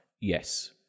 yes